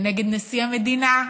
נגד נשיא המדינה,